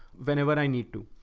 whenever i need to,